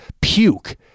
puke